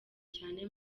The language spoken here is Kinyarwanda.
cyane